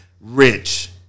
rich